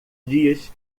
dias